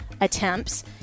attempts